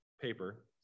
paper